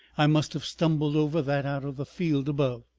i must have stumbled over that out of the field above.